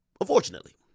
unfortunately